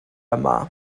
yma